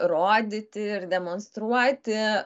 rodyti ir demonstruoti